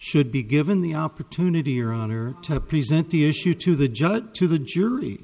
should be given the opportunity your honor to present the issue to the judge to the jury